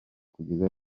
kugeza